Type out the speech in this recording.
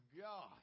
God